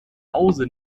hause